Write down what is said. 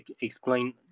explain